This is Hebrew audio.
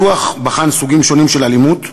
הדוח בחן סוגים שונים של אלימות,